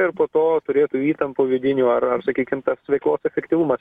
ir po to turėtų įtampų vidinių ar ar sakykim tas veiklos efektyvumas